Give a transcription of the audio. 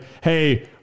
hey